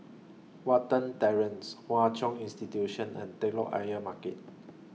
Watten Terrace Hwa Chong Institution and Telok Ayer Market